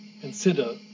consider